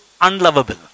unlovable